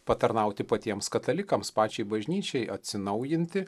patarnauti patiems katalikams pačiai bažnyčiai atsinaujinti